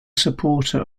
supporter